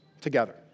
together